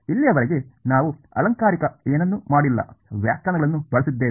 ಇಲ್ಲಿಯವರೆಗೆ ನಾವು ಅಲಂಕಾರಿಕ ಏನನ್ನೂ ಮಾಡಿಲ್ಲ ವ್ಯಾಖ್ಯಾನಗಳನ್ನು ಬಳಸಿದ್ದೇವೆ